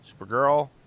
supergirl